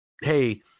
hey